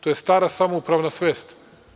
To je stara samoupravna svest.